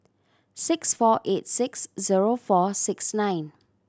six four eight six zero four six nine